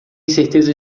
certeza